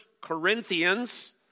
Corinthians